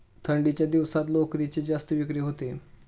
थंडीच्या दिवसात लोकरीची जास्त विक्री होते